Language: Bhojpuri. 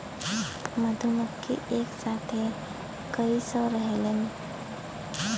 मधुमक्खी एक साथे कई सौ रहेलन